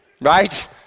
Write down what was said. Right